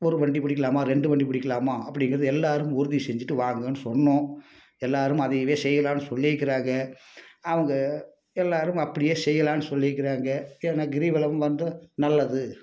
ஒரு வண்டி பிடிக்கலாமா ரெண்டு வண்டி பிடிக்கலாமா அப்படிங்கறது எல்லோருக்கும் உறுதி செஞ்சிட்டு வாங்கன்னு சொன்னோம் எல்லோரும் அதையவே செய்யலான்னு சொல்லிருக்கிறாங்க அவங்க எல்லோரும் அப்படியே செய்யலான்னு சொல்லிருக்கிறாங்க ஏன்னா கிரிவலம் வந்து நல்லது